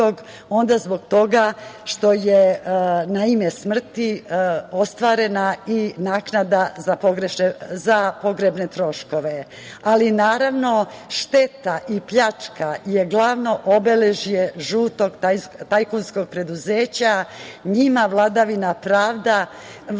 onda zbog toga što je na ime smrti ostvarena i naknada za pogrebne troškove. Naravno, šteta i pljačka je glavno obeležje žutog tajkunskog preduzeća. Njima vladavina prava